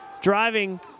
driving